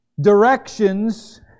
directions